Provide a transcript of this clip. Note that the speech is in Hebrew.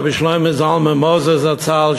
רבי שלמה זלמן מוזס זצ"ל,